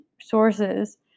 sources